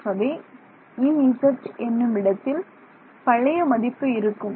ஆகவே Ez என்னுமிடத்தில் பழைய மதிப்பு இருக்கும்